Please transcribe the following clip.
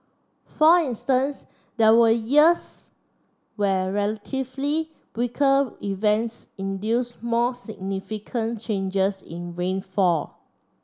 for instance there were years where relatively weaker events induced more significant changes in rainfall